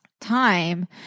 time